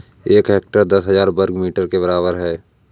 एक हेक्टेयर दस हजार वर्ग मीटर के बराबर है